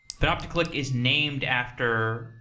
panopticlick is named after,